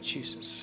Jesus